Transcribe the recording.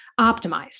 optimized